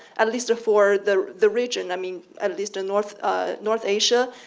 at least for the the region, i mean, at least in north north asia,